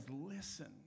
Listen